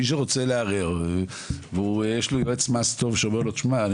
מי שרוצה לערער ויש לו יועץ מס טוב שאומר לו תשמע אני